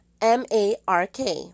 M-A-R-K